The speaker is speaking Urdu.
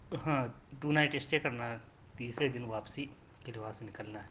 ہاں ٹو نائٹ اسٹے کرنا ہے تیسرے دن واپسی پھر وہاں سے نکلنا ہے